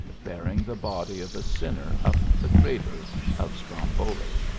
bearing the body of a sinner up the crater of stromboli.